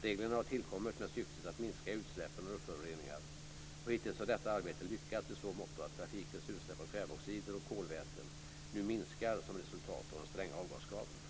Reglerna har tillkommit med syftet att minska utsläppen av luftföroreningar, och hittills har detta arbete lyckats i så måtto att trafikens utsläpp av kväveoxider och kolväten nu minskar som resultat av de stränga avgaskraven.